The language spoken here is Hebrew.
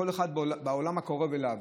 כל אחד בעולם הקרוב אליו,